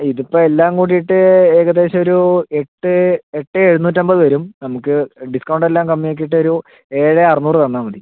ഇതിപ്പോൾ എല്ലാം കൂടിയിട്ട് ഏകദേശം ഒരു എട്ട് എട്ട് ഏഴുന്നൂറ്റമ്പത് വരും നമുക്ക് ഡിസ്കൗണ്ട് എല്ലാം കമ്മിയാക്കിയിട്ടൊരു ഏഴ് അറുന്നൂറു തന്നാൽ മതി